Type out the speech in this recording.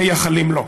מייחלים לו.